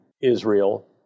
Israel